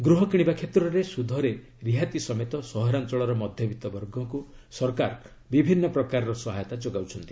ଗୃହ କିଶିବା କ୍ଷେତ୍ରରେ ସୁଧରେ ରିହାତି ସମେତ ସହରାଞ୍ଚଳର ମଧ୍ୟବିଭ ବର୍ଗଙ୍କୁ ସରକାର ବିଭିନ୍ନ ପ୍ରକାରର ସହାୟତା ଯୋଗାଉଛନ୍ତି